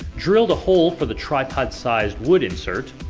drilled a hole for the tripod-sized wood insert,